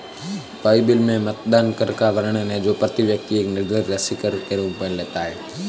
Bible में मतदान कर का वर्णन है जो प्रति व्यक्ति एक निर्धारित राशि कर के रूप में लेता है